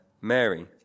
Mary